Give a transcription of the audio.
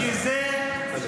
כי זה קשור לסוגיה הראשונה.